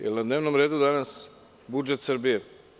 Jel na dnevnom redu danas budžet Srbije?